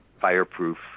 fireproof